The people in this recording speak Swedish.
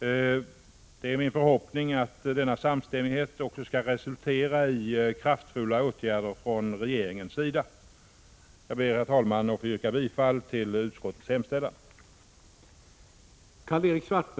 Det är min förhoppning att denna samstämmighet också skall resultera i kraftfulla åtgärder från regeringens sida. Jag ber, herr talman, att få yrka bifall till utskottets hemställan.